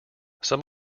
some